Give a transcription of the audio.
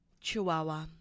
Chihuahua